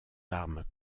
armes